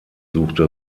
suchte